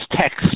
text